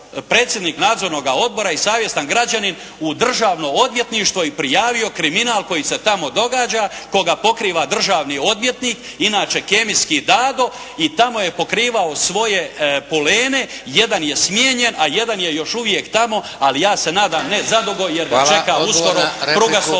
državno odvjetništvo i prijavio kriminal koji se tamo događa, koga pokriva državni odvjetnik, inače kemijski Dado i tamo je pokrivao svoje polene, jedan je smijenjen a jedan je još uvijek tamo, ali ja se nadam ne zadugo jer ga čeka uskoro prugasto odijelo.